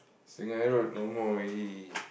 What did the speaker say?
Sungei-Road no more already